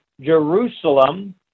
Jerusalem